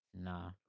Nah